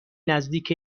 نزدیک